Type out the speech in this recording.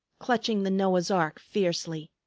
clutching the noah's ark fiercely.